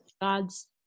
God's